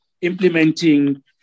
implementing